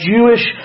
Jewish